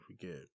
forget